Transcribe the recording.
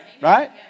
right